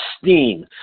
STEAM